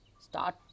start